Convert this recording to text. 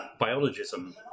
biologism